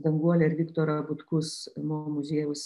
danguolę ir viktorą butkus mo muziejaus